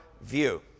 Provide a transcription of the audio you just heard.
view